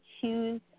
choose